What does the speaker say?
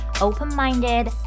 open-minded